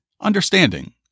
understanding